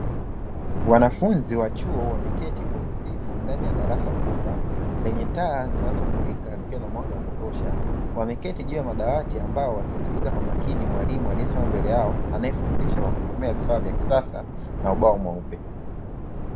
Wanafunzi wa chuo wameketi kwa utulivu ndani ya darasa kubwa lenye taa zinazomulika, zikiwa na mwanga wa kutosha wameketi juu ya madawati. Ambao wakimsikiliza kwa makini mwalimu aliyesimama mbele yao anayefundisha kwa kutumia vifaa vya kisasa na ubao mweupe.